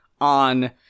on